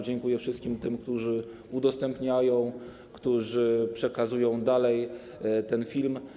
Dziękuję wszystkim tym, którzy go udostępniają, którzy przekazują dalej ten film.